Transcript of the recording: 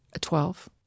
Twelve